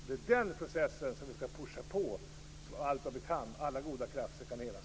Det är den processen vi skall "pusha på" allt vad vi kan, så att alla goda krafter kan enas.